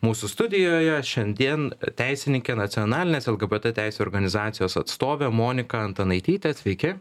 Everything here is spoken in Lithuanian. mūsų studijoje šiandien teisininkė nacionalinės lgbt teisių organizacijos atstovė monika antanaitytė sveiki